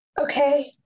Okay